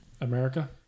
America